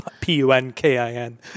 P-U-N-K-I-N